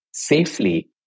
safely